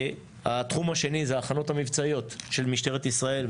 התחום השני זה ההכנות המבצעיות של משטרת ישראל,